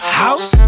house